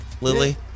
Lily